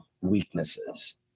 weaknesses